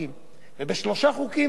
ובשלושה חוקים זה לא תקציבי.